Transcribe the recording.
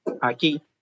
aquí